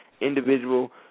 individual